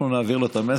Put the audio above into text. אנחנו נעביר לו את המסר,